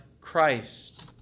Christ